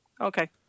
Okay